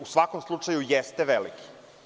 U svakom slučaju jeste veliki.